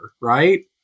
right